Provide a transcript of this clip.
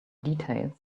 details